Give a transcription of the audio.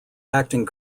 acting